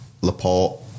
Laporte